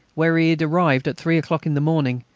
where he arrived at three o'clock in the morning,